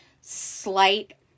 slight